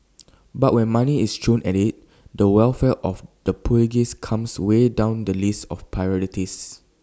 but when money is thrown at IT the welfare of the pugilists comes way down the list of priorities